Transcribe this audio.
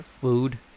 Food